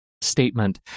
statement